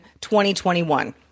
2021